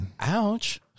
Ouch